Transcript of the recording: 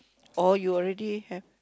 oh you already have